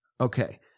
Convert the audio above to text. Okay